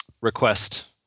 request